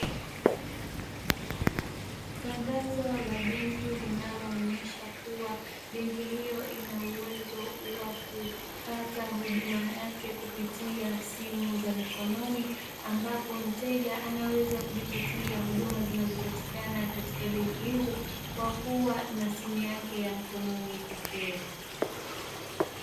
Tangazo la benki linaloonyesha kuwa beki hiyo inauwezo wa kupata huduma yake kupitia simu za mikononi, ambapo mteja anaweza kujipatia huduma zinazopatikana katika benki hizo kwa kuwa na simu yake ya mkononi pekee.